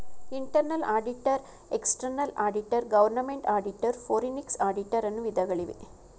internal auditor, external auditor, government auditor, forensic auditor, ಅನ್ನು ವಿಧಗಳಿವೆ